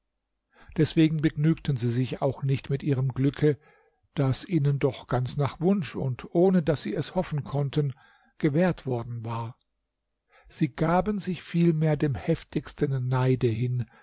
deswegen begnügten sie sich auch nicht mit ihrem glücke das ihnen doch ganz nach wunsch und ohne daß sie es hoffen konnten gewährt worden war sie gaben sich vielmehr dem heftigsten neide hin